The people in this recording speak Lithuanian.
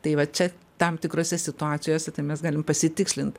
tai va čia tam tikrose situacijose tai mes galim pasitikslint